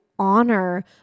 honor